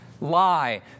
lie